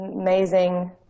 Amazing